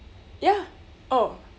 ya oh